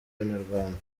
banyarwanda